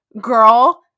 girl